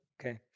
Okay